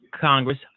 Congress